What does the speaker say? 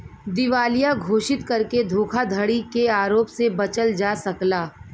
दिवालिया घोषित करके धोखाधड़ी के आरोप से बचल जा सकला